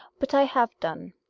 but i have done.